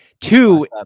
Two